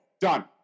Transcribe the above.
done